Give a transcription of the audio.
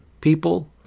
people